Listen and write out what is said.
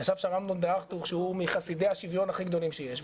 ישב שם אמנון דה-הרטוך שהוא מחסידי השוויון הכי גדולים שיש,